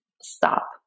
stop